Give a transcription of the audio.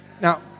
Now